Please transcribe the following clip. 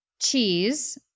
Cheese